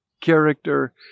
character